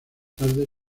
tarde